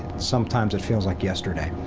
sometimes, it feels like yesterday.